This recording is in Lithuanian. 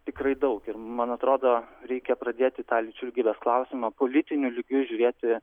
tikrai daug ir man atrodo reikia pradėt į tą lyčių lygybės klausimą politiniu lygiu žiūrėti